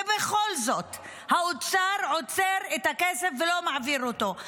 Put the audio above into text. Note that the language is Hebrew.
ובכל זאת האוצר עוצר את הכסף ולא מעביר אותו.